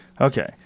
Okay